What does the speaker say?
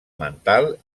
mental